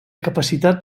capacitat